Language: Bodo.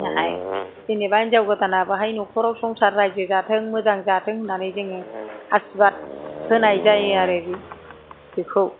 बाहाय जेनेबा हिनजाव गोदाना बेहाय न'खराव संसार रायजो जाथों मोजां जाथों होननानै जोङो आसिरबाद होननाय जायो आरो बेखौ